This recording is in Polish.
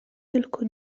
tylko